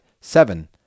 Seven